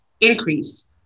increase